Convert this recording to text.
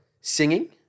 singing